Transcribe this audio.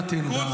בנט אמר, בנט.